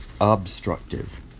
obstructive